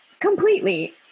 Completely